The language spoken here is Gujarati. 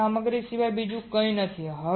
તમારી સામગ્રી સિવાય બીજું કંઈ નથી